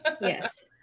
yes